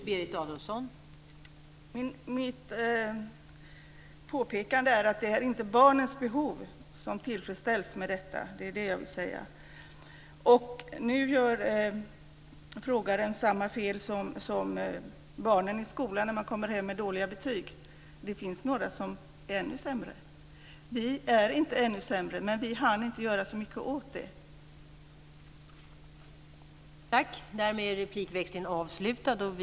Fru talman! Mitt påpekande är att det inte är barnens behov som tillfredsställs med detta. Det är det jag vill säga. Nu gör frågeställaren samma fel som barnen i skolan gör när de kommer hem med dåliga betyg och säger att det finns några som är ännu sämre. Vi är inte ännu sämre, men vi hann inte göra så mycket åt problemen.